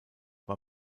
war